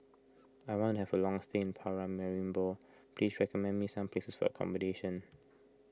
I want to have a long stay in Paramaribo please recommend me some places for accommodation